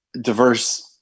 diverse